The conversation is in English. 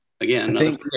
again